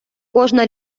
кожна